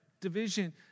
division